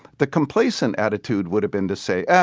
the complacent attitude would have been to say, yeah